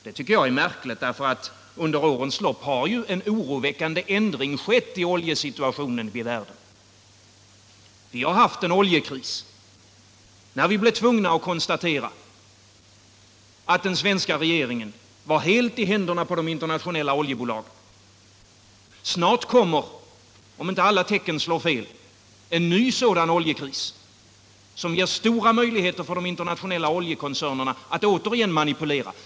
Det tycker jag är märkligt, därför att under årens lopp har ju en oroväckande ändring skett i oljesituationen i världen. Vi har haft en oljekris, då vi blev tvungna att konstatera att den svenska regeringen var helt i händerna på de internationella oljebolagen. Snart kommer, om inte alla tecken slår fel, en ny sådan oljekris som ger stora möjligheter för de internationella oljekoncernerna att återigen manipulera.